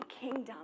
kingdom